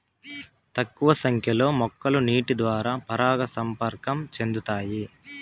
తక్కువ సంఖ్య లో మొక్కలు నీటి ద్వారా పరాగ సంపర్కం చెందుతాయి